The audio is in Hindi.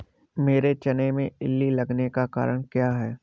मेरे चने में इल्ली लगने का कारण क्या है?